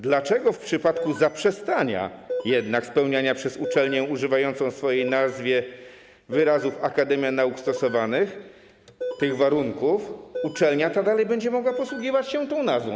Dlaczego w przypadku zaprzestania spełniania przez uczelnię używającą w swojej nazwie wyrazów: akademia nauk stosowanych tych warunków uczelnia ta dalej będzie mogła posługiwać się tą nazwą?